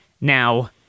Now